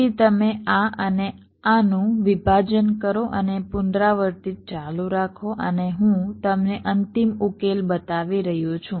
પછી તમે આ અને આનું વિભાજન કરો અને પુનરાવર્તિત ચાલુ રાખો અને હું તમને અંતિમ ઉકેલ બતાવી રહ્યો છું